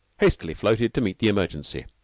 hastily floated to meet the emergency.